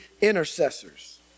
intercessors